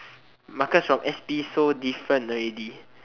Marcus from s_p so different already